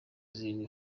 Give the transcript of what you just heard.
zirindwi